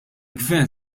gvern